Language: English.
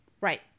Right